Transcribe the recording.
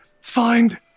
find